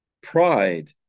pride